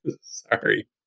sorry